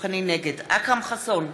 אכרם חסון,